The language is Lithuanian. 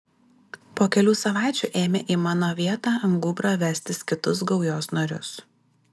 po kelių savaičių ėmė į mano vietą ant gūbrio vestis kitus gaujos narius